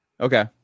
Okay